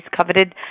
coveted